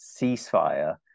ceasefire